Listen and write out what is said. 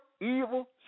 evil